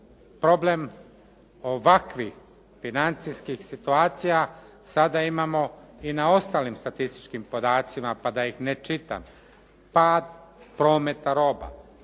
problem ovakvih financijskih situacija sada imamo i na ostalim statističkim podacima pa da ih ne čitam, pad prometa roba,